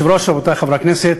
אדוני היושב-ראש, רבותי חברי הכנסת,